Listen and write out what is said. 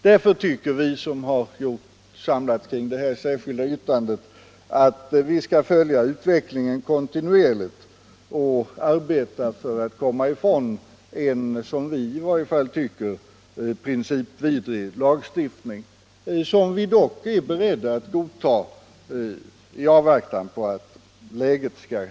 Därför tycker vi som har samlats kring det särskilda yttrandet att man skall följa utvecklingen kontinuerligt och arbeta för att komma ifrån en — som vi i varje fall anser — principvidrig lagstiftning som vi dock Nr 96 är BEredga a godta i avvaktan på att läget klarna.